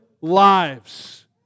lives